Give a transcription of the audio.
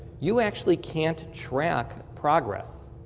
you actually can't track progress,